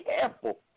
careful